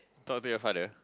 talk a bit your father